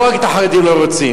לא רק את החרדים לא רוצים,